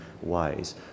ways